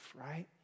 right